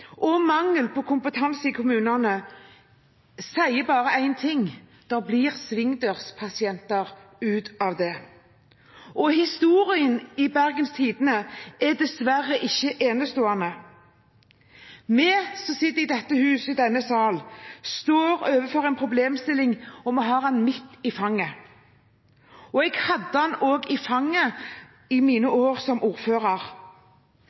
og mangel på kompetanse i kommunene sier bare én ting – det blir svingdørspasienter ut av det. Historien i Bergens Tidende er dessverre ikke enestående. Vi som sitter i dette hus, i denne sal, står overfor en problemstilling, og vi har den midt i fanget. Jeg hadde den også i fanget i mine år som ordfører.